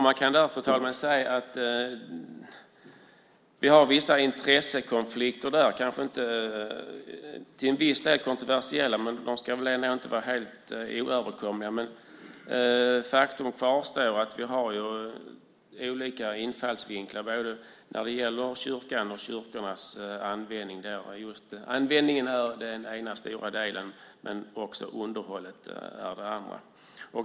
Man kan se att vi har vissa intressekonflikter. De är till viss del kontroversiella, men de ska väl inte vara helt oöverkomliga. Faktum kvarstår att vi har olika infallsvinklar när det gäller kyrkan och kyrkornas användning. Användningen är den ena stora delen, underhållet den andra.